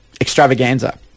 extravaganza